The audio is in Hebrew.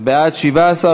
המדינה (תיקוני חקיקה להשגת יעדי התקציב)